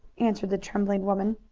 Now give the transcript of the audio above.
answered the trembling woman.